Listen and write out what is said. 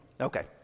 okay